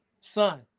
son